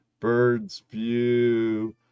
Birdsview